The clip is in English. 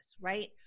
right